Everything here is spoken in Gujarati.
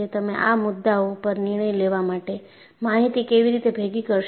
તમે આ મુદ્દાઓ પર નિર્ણય લેવા માટે માહિતી કેવી રીતે ભેગી કરશો